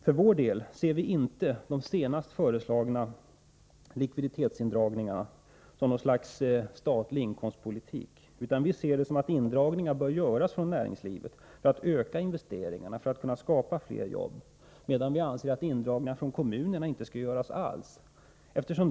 För vår del ser vi inte de senast föreslagna likviditetsindragningarna som något slags statlig inkomstpolitik. Vi anser att indragningar från näringslivet bör göras för att öka investeringarna och för att kunna skapa fler jobb, medan några indragningar från kommunerna över huvud taget inte bör göras.